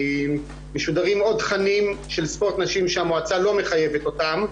משודרים עוד תכנים של ספורט נשים שהמועצה לא מחייבת אותם,